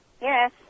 Yes